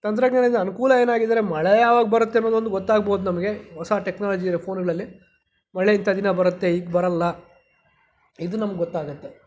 ತಂತ್ರಜ್ಞಾನದ ಅನುಕೂಲ ಏನಾಗಿದೆ ಅಂದರೆ ಮಳೆ ಯಾವಾಗ ಬರುತ್ತೆ ಅನ್ನೋದೊಂದು ಗೊತ್ತಾಗ್ಬೋದು ನಮಗೆ ಹೊಸ ಟೆಕ್ನಾಲಜಿ ಇದೆ ಫೋನುಗಳಲ್ಲಿ ಮಳೆ ಇಂಥ ದಿನ ಬರುತ್ತೆ ಈಗ ಬರಲ್ಲ ಇದು ನಮಗೆ ಗೊತ್ತಾಗುತ್ತೆ